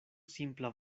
simpla